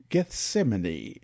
Gethsemane